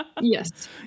Yes